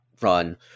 run